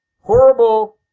horrible